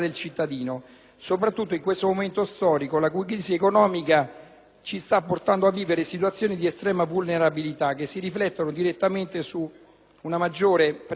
ci sta portando a vivere situazioni di estrema vulnerabilità che si riflettono direttamente su una maggiore precarietà degli assetti sociali. Proprio questo emendamento mi risulta